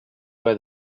were